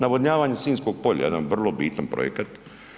Navodnjavanje Sinjskog polja, jedan vrlo bitan projekat.